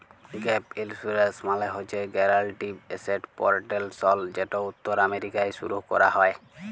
gap insurance মালে হছে guaranteed asset protection যেট উত্তর আমেরিকায় শুরু ক্যরা হ্যয়